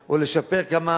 או לשפר כמה